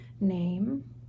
name